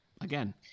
again